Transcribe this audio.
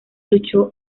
luchó